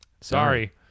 sorry